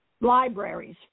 libraries